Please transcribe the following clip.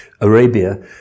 Arabia